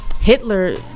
Hitler